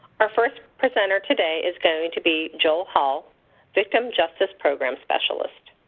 our first presenter today is going to be joel hall victim justice program specialist.